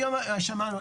היום שמענו,